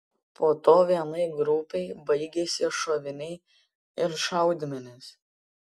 po to vienai grupei baigėsi šoviniai ir šaudmenys